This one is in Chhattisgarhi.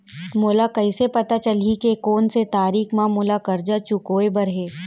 मोला कइसे पता चलही के कोन से तारीक म मोला करजा चुकोय बर हे?